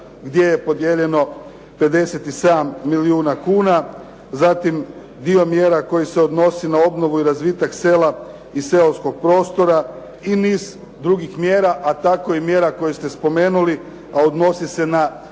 gdje je podijeljeno 57 milijuna kuna. Zatim, dio mjera koji se odnosi na obnovu i razvitak sela i seoskog prostora i niz drugih mjera, a tako i mjera koje ste spomenuli, a odnosi se na